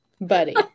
buddy